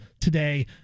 today